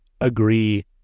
agree